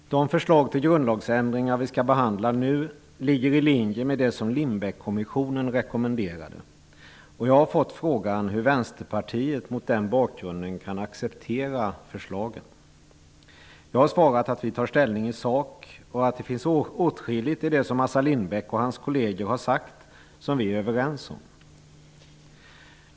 Fru talman! De förslag till grundlagsändringar som vi nu skall behandla ligger i linje med vad Lindbeckkommissionen rekommenderade. Jag har fått frågan hur Vänsterpartiet kan acceptera förslagen mot den bakgrunden. Jag har svarat att vi tar ställning i sak och att det finns åtskilligt av det som Assar Lindbeck och hans kolleger har sagt som vi är överens om.